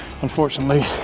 unfortunately